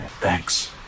Thanks